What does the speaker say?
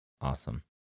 Awesome